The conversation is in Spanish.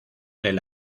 del